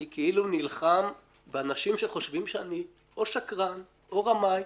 אני כאילו נלחם באנשים שחושבים שאני או שקרן או רמאי.